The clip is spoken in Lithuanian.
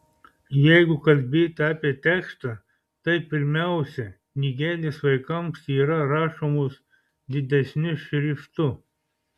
jeigu kalbėti apie tekstą tai pirmiausia knygelės vaikams yra rašomos didesniu šriftu